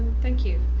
thank you.